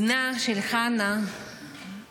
בנה של חנה אלעד